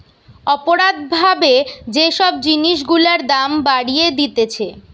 অপরাধ ভাবে যে সব জিনিস গুলার দাম বাড়িয়ে দিতেছে